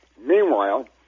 Meanwhile